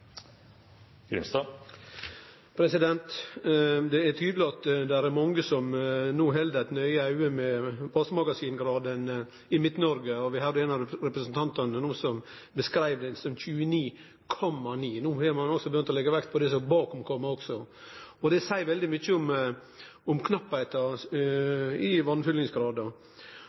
replikkordskifte. Det er tydeleg at det er mange som no held nøye auge med vassmagasingraden i Midt-Noreg, og ein av representantane beskreiv det som 29,9. No har ein begynt å leggje vekt på det som er bak komma òg. Det seier veldig mykje om knappleiken i